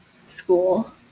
school